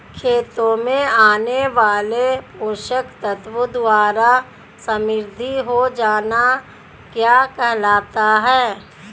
खेतों में आने वाले पोषक तत्वों द्वारा समृद्धि हो जाना क्या कहलाता है?